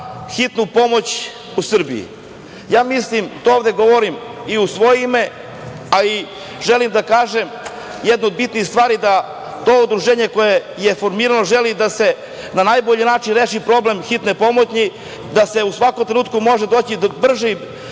hitnu pomoć u Srbiji. Ovde govorim u svoje ime, ali želim da kažem i da to udruženje koje je formirano želi da se na najbolji način reši problem hitne pomoći, da se u svakom trenutku može doći brže